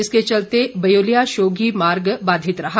इसके चलते व्योलिया शोघी मार्ग बाधित रहा